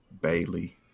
Bailey